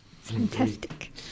fantastic